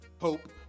Hope